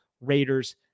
Raiders